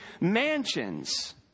mansions